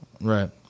Right